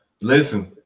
listen